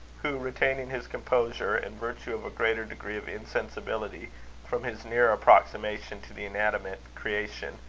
who, retaining his composure, in virtue of a greater degree of insensibility from his nearer approximation to the inanimate creation,